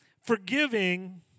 Forgiving